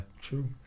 True